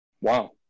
wow